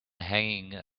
hanging